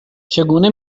چگونه